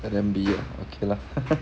let them be ah okay lah